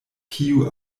kiu